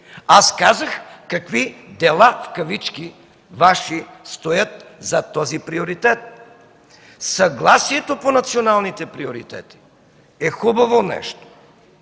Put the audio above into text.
Аз казах какви „дела” Ваши стоят зад този приоритет. Съгласието по националните приоритети е хубаво нещо,